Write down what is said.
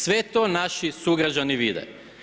Sve to naši sugrađani vide.